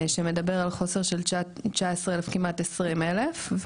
שמדבר על חוסר של 19 אלף , כמעט 20 אלף.